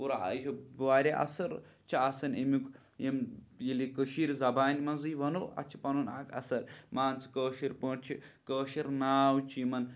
پوٗرٕ آ یہِ چھُ واریاہ اَصٕل چھِ آسان ایٚمیُک یِم ییٚلہِ یہِ کٔشیٖرِ زبانہِ منٛزٕے وَنو اَتھ چھِ پَنُن اَکھ اثر مان ژٕ کٲشِرۍ پٲٹھۍ چھِ کٲشِر ناو چھِ یِمَن